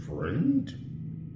friend